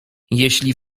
jeśli